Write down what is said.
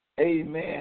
amen